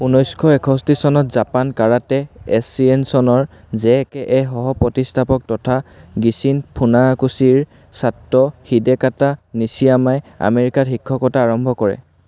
ঊনৈছশ একষষ্ঠি চনত জাপান কাৰাটে এছ'চিয়েশ্যনৰ জে কে এ সহপ্ৰতিষ্ঠাপক তথা গিচিন ফুনাকোছিৰ ছাত্ৰ হিদেটাকা নিশ্বিয়ামাই আমেৰিকাত শিক্ষকতা আৰম্ভ কৰে